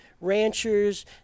ranchers